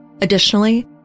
Additionally